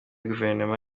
guverinoma